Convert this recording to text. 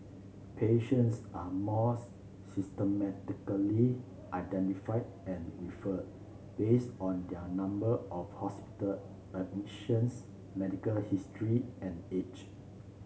patients are more systematically identified and referred based on their number of hospital admissions medical history and age